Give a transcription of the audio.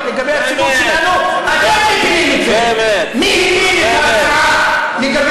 כשתפסיק לדאוג